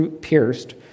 pierced